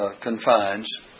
confines